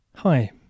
Hi